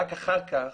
רק אחר כך,